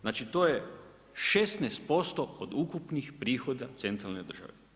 Znači to je 16% od ukupnih prihoda centralne države.